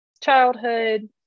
childhood